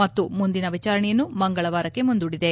ಮತ್ತು ಮುಂದಿನ ವಿಚಾರಣೆಯನ್ನು ಮಂಗಳವಾರಕ್ಕೆ ಮುಂದೂಡಿದೆ